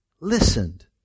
listened